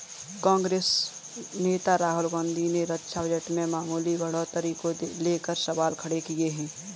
कांग्रेस नेता राहुल गांधी ने रक्षा बजट में मामूली बढ़ोतरी को लेकर सवाल खड़े किए थे